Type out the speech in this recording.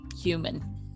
human